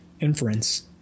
Inference